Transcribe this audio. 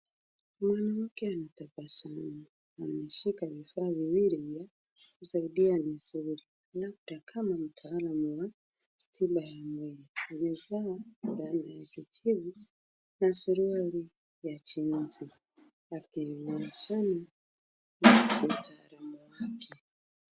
Mwanamke anatabasamu. Ameshika vifaa viwili vya kusaidia misuli, labda kama mtaalam wa tiba ya mwili. Amevaa fulana ya kijivu na suruali ya jeansi , akionyeshana ni mtaalamu wa afya.